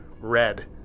red